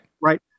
Right